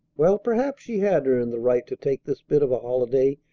well, perhaps she had earned the right to take this bit of a holiday,